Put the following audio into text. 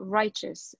righteous